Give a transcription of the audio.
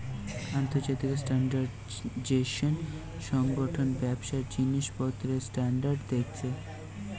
আন্তর্জাতিক স্ট্যান্ডার্ডাইজেশন সংগঠন ব্যবসার জিনিসপত্রের স্ট্যান্ডার্ড দেখছে